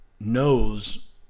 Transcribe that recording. knows